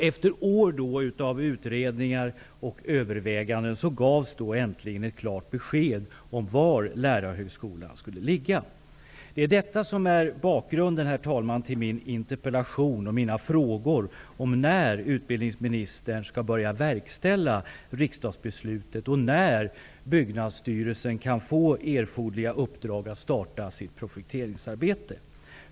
Efter år av utredningar och överväganden gavs äntligen ett klart besked om var Det är detta som är bakgrunden till min interpellation och mina frågor om när utbildningsministern skall börja verkställa riksdagsbeslutet och när Byggnadsstyrelsen kan få erforderligt uppdrag att starta sitt projekteringsarbete.